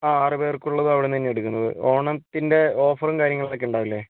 ആ ആറു പേര്ക്കുള്ളതും അവിടുന്നുതന്നെയാണ് എടുക്കുന്നത് ഓണത്തിന്റെ ഓഫറും കാര്യങ്ങളൊക്കെ ഉണ്ടാവില്ലേ